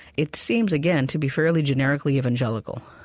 it seems, again, to be fairly generically evangelical,